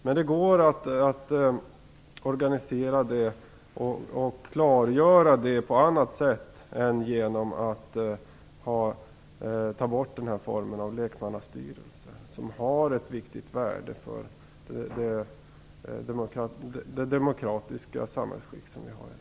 Men det går att organisera detta och att klargöra det på annat sätt än genom att ta bort den form av lekmannastyrelse som har ett viktigt värde för det demokratiska samhällsskick som vi har i dag.